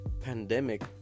pandemic